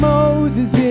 Moses